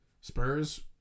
Spurs